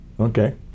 okay